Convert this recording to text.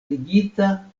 ligita